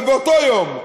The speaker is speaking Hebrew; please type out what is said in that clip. אבל באותו יום,